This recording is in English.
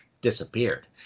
disappeared